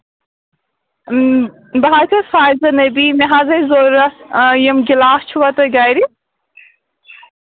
بہٕ حظ چھَس فاتمہ نبی مےٚ حظ ٲسۍ ضٔروٗرتھ یِم گِلاسہٕ چھِوا تۄہہِ گرِ